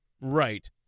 Right